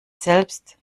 selbst